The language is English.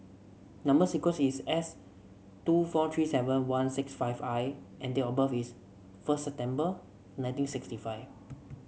number sequence is S two four three seven one six five I and date of birth is first September nineteen sixty five